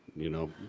you know.